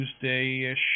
Tuesday-ish